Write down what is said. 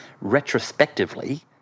retrospectively